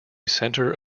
center